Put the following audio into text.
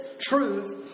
truth